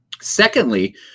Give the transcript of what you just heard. Secondly